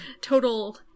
total